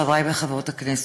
חברי וחברות הכנסת,